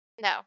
No